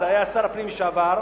זה היה שר הפנים לשעבר,